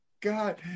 God